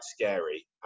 scary